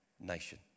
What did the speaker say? nation